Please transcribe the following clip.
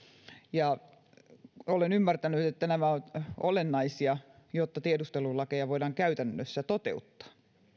olen ymmärtänyt että nämä ovat olennaisia jotta tiedustelulakeja voidaan käytännössä toteuttaa